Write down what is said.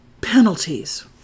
penalties